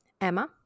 Emma